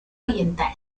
oriental